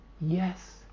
Yes